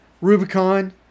Rubicon